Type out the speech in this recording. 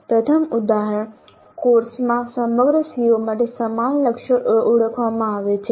પ્રથમ ઉદાહરણ કોર્સમાં સમગ્ર CO માટે સમાન લક્ષ્ય ઓળખવામાં આવે છે